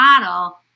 model